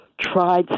tried